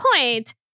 point